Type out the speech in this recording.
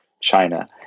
China